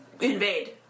invade